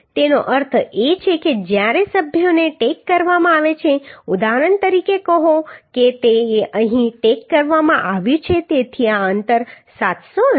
તેનો અર્થ એ છે કે જ્યારે સભ્યોને ટેક કરવામાં આવે છે ઉદાહરણ તરીકે કહો કે તે અહીં ટેક કરવામાં આવ્યું છે તેથી આ અંતર 700 હશે